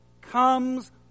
comes